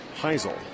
Heisel